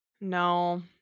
No